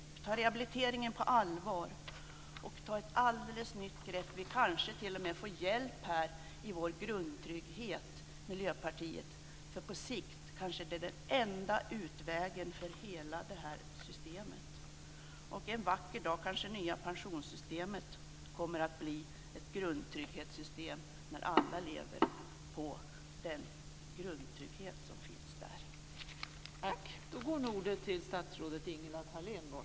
Vi måste ta rehabiliteringen på allvar och ta ett alldeles nytt grepp. Vi i Miljöpartiet kanske t.o.m. får hjälp med att föra fram vår idé om grundtrygghet, för på sikt är det den kanske enda utvägen för hela detta system. En vacker dag kommer det nya pensionssystemet kanske att bli ett grundtrygghetssystem, när alla lever på den grundtrygghet som finns där.